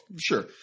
sure